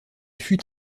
fut